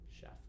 Chef